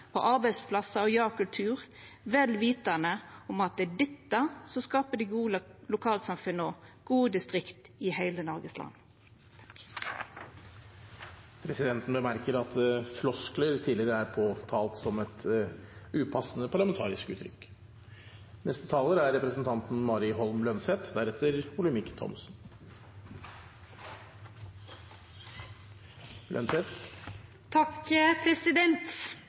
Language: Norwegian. på arbeidsplassar og ja-kultur – vel vitande om at det er dette som skaper gode lokalsamfunn og gode distrikt i heile Noregs land. Presidenten bemerker at «floskler» tidligere er påtalt som et upassende parlamentarisk uttrykk. De fleste som trenger helsehjelp, får det først i kommunen sin. Derfor er